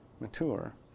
mature